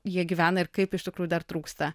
jie gyvena ir kaip iš tikrųjų dar trūksta